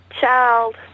child